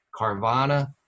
Carvana